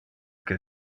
que